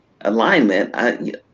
alignment